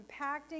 impacting